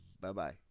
bye-bye